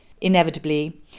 Inevitably